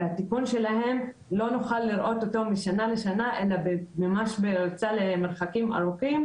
ואת התיקון שלהם לא נוכל לראות משנה לשנה אלא ממש בריצה למרחקים ארוכים.